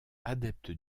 adepte